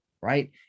right